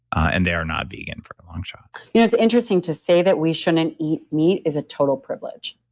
and they are not vegan for the long shot yeah it's interesting to say that we shouldn't eat meat is a total privilege.